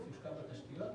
תשתיות.